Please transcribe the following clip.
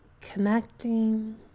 connecting